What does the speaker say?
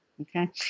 Okay